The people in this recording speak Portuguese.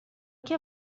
que